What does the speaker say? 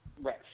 Right